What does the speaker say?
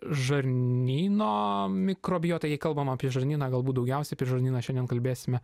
žarnyno mikrobiota jei kalbam apie žarnyną galbūt daugiausia per žarnyną šiandien kalbėsime